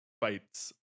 fights